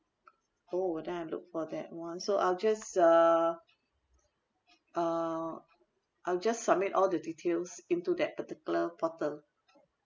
oh then I'll look for that one so I'll just uh uh I'll just submit all the details into that particular portal